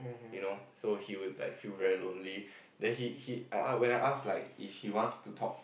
you know so he would like feel very lonely then he he I ask when I ask if he wants to talk